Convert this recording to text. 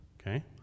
Okay